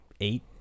eight